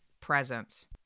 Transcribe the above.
presence